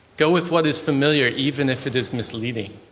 go with what is familiar, even if it is misleading.